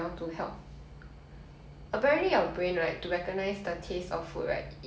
so if you block your nose and eat something the taste would change